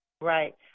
Right